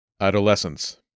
Adolescence